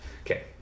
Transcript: Okay